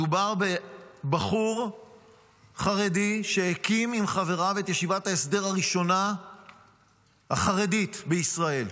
מדובר בבחור חרדי שהקים עם חבריו את ישיבת ההסדר הראשונה החרדית בישראל.